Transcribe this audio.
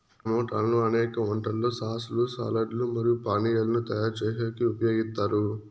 టమోటాలను అనేక వంటలలో సాస్ లు, సాలడ్ లు మరియు పానీయాలను తయారు చేసేకి ఉపయోగిత్తారు